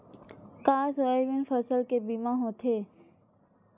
का सोयाबीन फसल के बीमा होथे?